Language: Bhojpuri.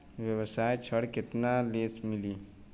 व्यवसाय ऋण केतना ले मिली?